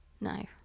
No